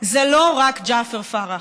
זה לא רק ג'עפר פרח.